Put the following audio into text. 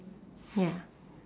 ya